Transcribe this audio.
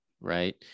Right